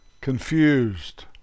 Confused